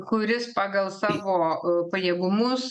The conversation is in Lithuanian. kuris pagal savo pajėgumus